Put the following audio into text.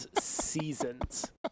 seasons